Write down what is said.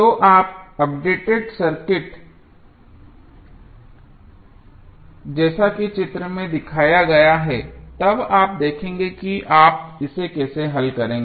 तो updated circuit जैसा कि चित्र में दिखाया गया है तब आप देखेंगे कि आप इसे कैसे हल करेंगे